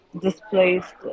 Displaced